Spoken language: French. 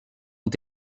ont